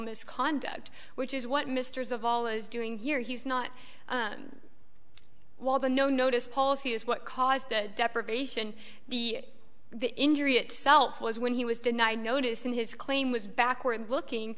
misconduct which is what misters of all is doing here he's not while the no notice policy is what caused the deprivation the the injury itself was when he was denied notice and his claim was backward looking